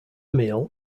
meal